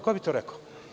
Ko bi to rekao?